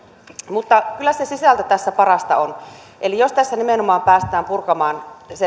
mutta kyllä se sisältö tässä parasta on eli jos tässä nimenomaan päästään purkamaan